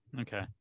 Okay